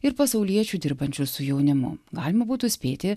ir pasauliečių dirbančių su jaunimu galima būtų spėti